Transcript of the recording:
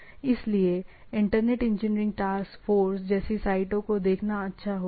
इसलिए Internet Engineering Task Force जैसी साइटों को देखना अच्छा होगा